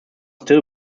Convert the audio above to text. still